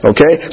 Okay